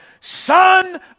Son